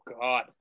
God